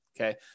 Okay